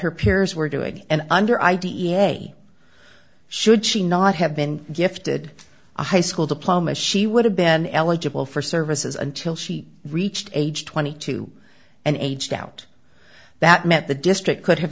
her peers were doing and under i d e a should she not have been gifted a high school diploma she would have been eligible for services until she reached age twenty two and aged out that meant the district could have